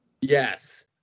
Yes